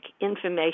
information